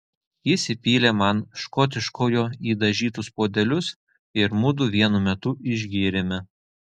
jis įpylė man škotiškojo į dažytus puodelius ir mudu vienu metu išgėrėme